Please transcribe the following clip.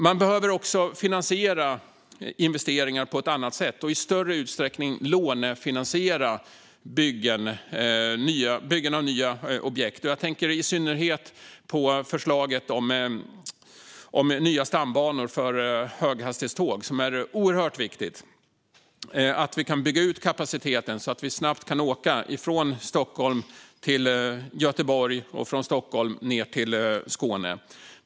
Man behöver också finansiera investeringar på ett annat sätt och i större utsträckning lånefinansiera byggen av nya objekt. Jag tänker i synnerhet på förslaget om nya stambanor för höghastighetståg. Det är oerhört viktigt att vi kan bygga ut kapaciteten så att människor snabbt kan åka från Stockholm till Göteborg och från Stockholm ned till Skåne.